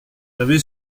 avez